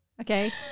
Okay